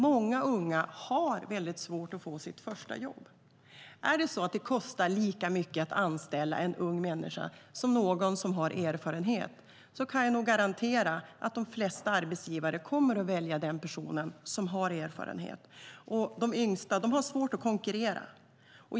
Många unga har svårt att få sitt första jobb. Är det så att det kostar lika mycket att anställa en ung människa som en som har erfarenhet kan jag nog garantera att de flesta arbetsgivare väljer personen som har erfarenhet. De yngsta har svårt att konkurrera.